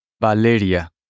Valeria